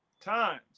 times